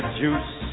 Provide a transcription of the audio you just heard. juice